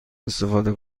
استفاده